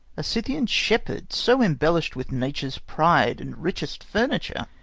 a scythian shepherd so embellished with nature's pride and richest furniture!